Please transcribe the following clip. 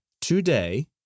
today